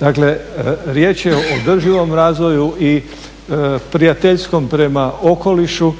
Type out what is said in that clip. Dakle, riječ je o održivom razvoju i prijateljskom prema okolišu.